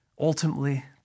ultimately